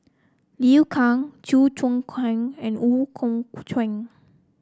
Liu Kang Chew Choo Keng and Ooi Kok Chuen